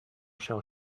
shall